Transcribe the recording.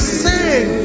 sing